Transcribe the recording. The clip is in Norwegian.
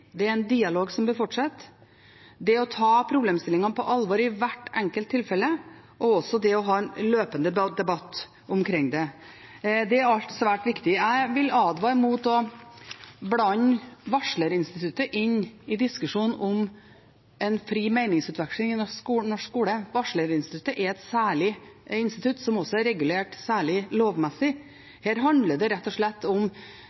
Det er en dialog som bør fortsette. Det å ta problemstillingene på alvor i hvert enkelt tilfelle og også det å ha en løpende debatt omkring det er alt svært viktig. Jeg vil advare mot å blande varslerinstituttet inn i diskusjonen om en fri meningsutveksling i norsk skole. Varslerinstituttet er et særlig institutt som også er regulert særlig lovmessig. Her handler det rett og slett om